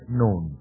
known